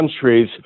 countries